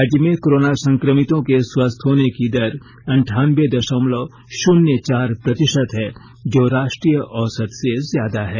राज्य में कोरोना संक्रमितों के स्वस्थ होने की दर अंठानवें दशमलव शून्य चार प्रतिशत है जो राष्ट्रीय औसत से ज्यादा है